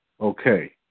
okay